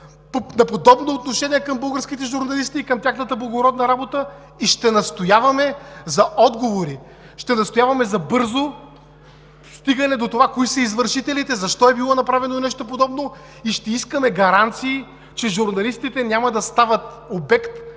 на подобно отношение към българските журналисти и към тяхната благородна работа и ще настояваме за отговори! Ще настояваме за бързо стигане до това кои са извършителите, защо е било направено нещо подобно и ще искаме гаранции, че журналистите няма да стават обект